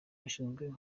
bashyizwe